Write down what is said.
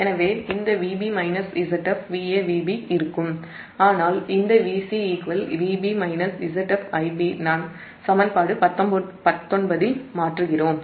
எனவே இந்த Vb -Zf VaVb இருக்கும் ஆனால் இந்த Vc Vb Zf Ib நாம் சமன்பாடு 19 இல் மாற்றுகிறோம்